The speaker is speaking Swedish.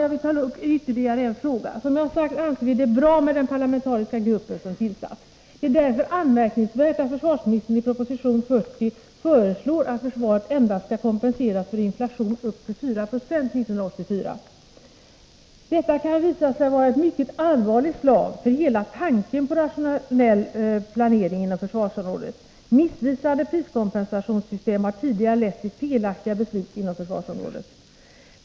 Jag vill ta upp ytterligare en fråga. Som jag sagt anser vi det bra med den parlamentariska gruppen som tillsatts. Men det är anmärkningsvärt att försvarsministern i proposition 40 föreslår att försvaret endast skall kompenseras för inflation upp till 4 96 1984. Detta kan visa sig bli ett mycket allvarligt slag för hela tanken på en rationell planering inom försvarsområdet. Missvisande priskompensationssystem har tidigare lett till felaktiga beslut inom detta område.